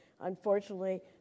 Unfortunately